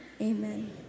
Amen